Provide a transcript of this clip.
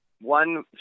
one